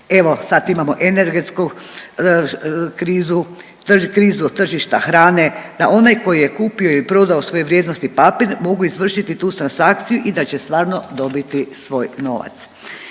evo sad imamo energetsku krizu, krizu tržišta hrane, da onaj koji je kupio i prodao svoj vrijednosni papir mogu izvršiti tu transakciju i da će stvarno dobiti svoj novac.